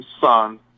son